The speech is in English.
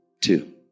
two